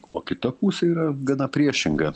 o kita pusė yra gana priešinga